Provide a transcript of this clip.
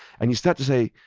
and you start to say,